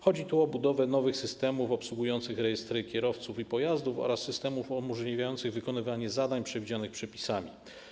Chodzi tu o budowę nowych systemów obsługujących rejestry kierowców i pojazdów oraz systemów umożliwiających wykonywanie zadań przewidzianych przepisami.